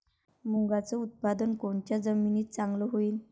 मुंगाचं उत्पादन कोनच्या जमीनीत चांगलं होईन?